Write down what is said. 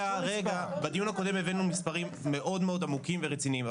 בדיון הקודם הבאנו מספרים מאוד מאוד עמוקים ורציניים,